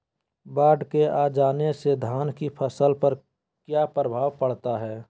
बाढ़ के आ जाने से धान की फसल पर किया प्रभाव पड़ता है?